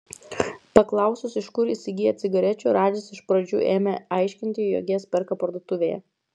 paklausus iš kur įsigyja cigarečių radžis iš pradžių ėmė aiškinti jog jas perka parduotuvėje